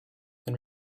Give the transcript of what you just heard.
and